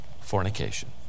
Fornication